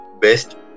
best